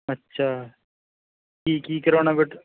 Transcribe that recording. ਅੱਛਾ ਕੀ ਕੀ ਕਰਵਾਉਣਾ ਬੇਟੇ